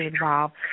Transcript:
involved